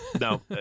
no